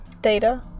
Data